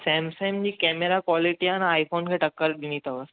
Samsung जी camera quality आहे न आई फ़ोन खे टक्कर ॾींदी अथव